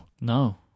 no